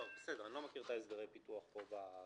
בסדר, אני לא מכיר את הסדרי הפיתוח פה.